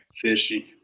Fishy